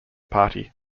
party